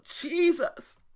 Jesus